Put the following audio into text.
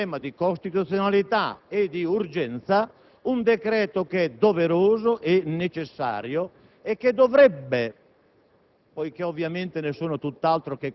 sia disposti ad ostacolare in tema di costituzionalità e di urgenza un decreto che è doveroso e necessario e che dovrebbe